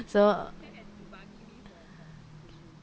so